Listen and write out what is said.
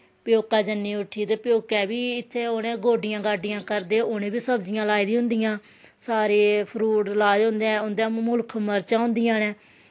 प्यौकै जन्नी उट्ठी ते प्यौकै बी इत्थै उ'नें गोड्डियां गाड्डियां करदे उ'नें बी सब्जियां लाई दियां होंदियां सारे फ्रूट लाए दे होंदे ऐ उं'दे मुल्ख मरचां होंदियां न